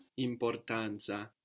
Importanza